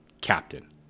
captain